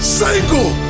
single